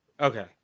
Okay